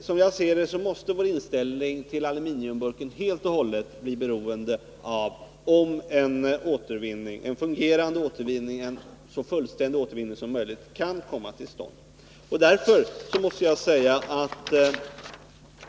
Som jag ser det måste således vår inställning till aluminiumburken helt och hållet bli beroende av om en så fullständig återvinning som möjligt kan komma till stånd.